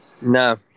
No